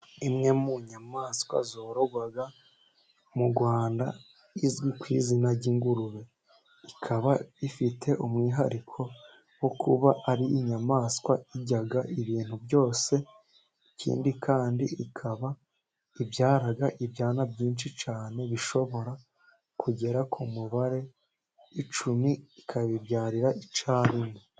Imwe mu nyamaswa zororwa mu Rwanda izwi ku izina ry'ingurube, ikaba ifite umwihariko wo kuba ari inyamaswa irya ibintu byose ikindi kandi ikaba ibyara ibyana byinshi cyane, bishobora kugera ku mubare icumi ikabibyarira icyarimwe.